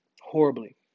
Horribly